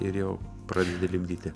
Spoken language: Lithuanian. ir jau pradedi lipdyti